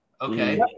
Okay